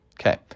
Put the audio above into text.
Okay